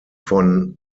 von